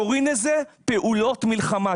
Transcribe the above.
קוראים לזה: פעולות מלחמה.